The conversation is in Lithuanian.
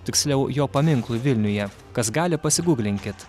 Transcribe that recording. tiksliau jo paminklui vilniuje kas gali pasiguglinkit